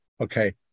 Okay